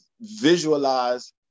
visualize